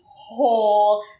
whole